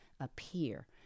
appear